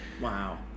Wow